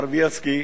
מר בילסקי,